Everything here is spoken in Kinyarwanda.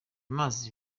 mazi